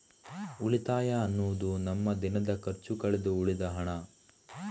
ಉಳಿತಾಯ ಅನ್ನುದು ನಮ್ಮ ದಿನದ ಖರ್ಚು ಕಳೆದು ಉಳಿದ ಹಣ